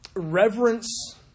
Reverence